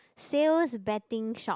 sales betting shop